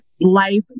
life